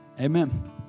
Amen